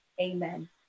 Amen